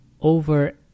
over